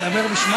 תגיד לי,